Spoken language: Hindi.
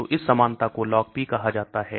तो इस समानता को LogP कहा जाता है